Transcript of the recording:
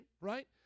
right